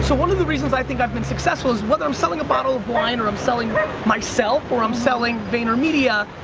so one of the reasons i think i've been successful is, whether i'm selling a bottle of wine or i'm selling myself or i'm selling vaynermedia,